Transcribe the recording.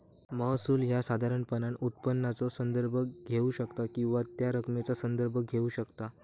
महसूल ह्या साधारणपणान उत्पन्नाचो संदर्भ घेऊ शकता किंवा त्या रकमेचा संदर्भ घेऊ शकता